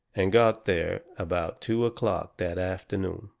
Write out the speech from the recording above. and got there about two o'clock that afternoon.